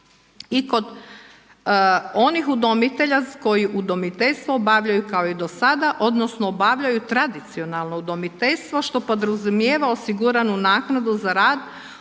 i kod onih udomitelja koji udomiteljstvo obavljaju kao i do sada odnosno obavljaju tradicionalno udomiteljstvo što podrazumijeva osiguranu naknadu za rad ovisno